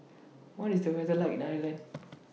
What IS The weather like in Ireland